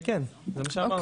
כן, זה מה שאמרתי.